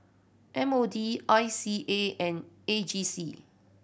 M O D I C A and A G C